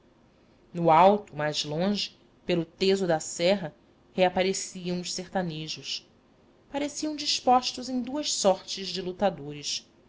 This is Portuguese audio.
no alto mais longe pelo teso da serra reapareciam os sertanejos pareciam dispostos em duas sortes de lutadores